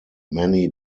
many